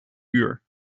uur